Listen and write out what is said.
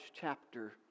chapter